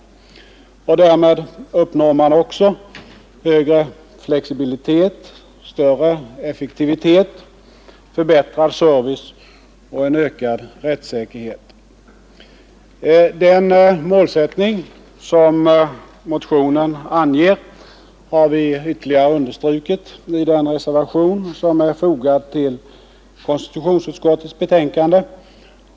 Därmed uppnår man också större flexibilitet, högre effektivitet, förbättrad service och ökad rättssäkerhet. Den målsättning som motionen anger har vi ytterligare understrukit i den reservation som är fogad till utskottets betänkande.